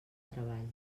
treball